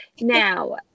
Now